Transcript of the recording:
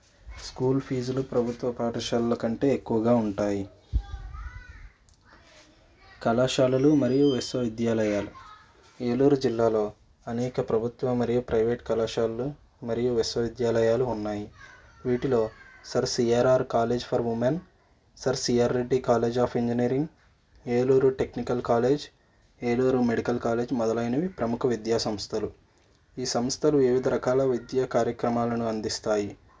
school ఫీజులు ప్రభుత్వ పాఠశాలల కంటే ఎక్కువగా ఉంటాయి కళాశాలలు మరియు విశ్వవిద్యాలయాలు ఏలూరు జిల్లాలో అనేక ప్రభుత్వ మరియు ప్రైవేటు కళాశాలలు మరియు విశ్వవిద్యాలయాలు ఉన్నాయి వీటిలో sir CRR college for women sir CR Reddy college of engineering Eluru technical college Eluru medical college మొదలైనవి ప్రముఖ విద్యా సంస్థలు ఈ సంస్థలు వివిధ రకాల విద్యా కార్యక్రమాలను అందిస్తాయి